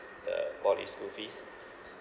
the poly school fees